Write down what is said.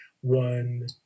one